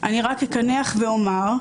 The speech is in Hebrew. אני רק אקנח ואומר,